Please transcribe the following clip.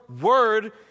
word